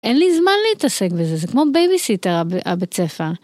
אין לי זמן להתעסק בזה זה כמו בייביסיטר הבית ספר.